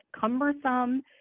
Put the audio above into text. cumbersome